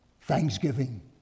Thanksgiving